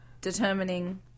determining